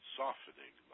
softening